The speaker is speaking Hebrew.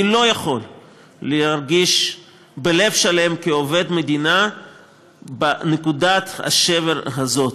אני לא יכול להרגיש בלב שלם כעובד מדינה בנקודת השבר הזאת,